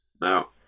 Now